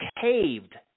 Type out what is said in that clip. caved